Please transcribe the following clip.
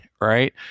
Right